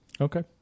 Okay